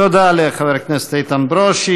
תודה לחבר הכנסת איתן ברושי.